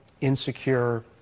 insecure